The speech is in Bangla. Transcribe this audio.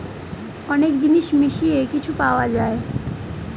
অনেক জিনিস মিশিয়ে কিছু পাওয়া যায়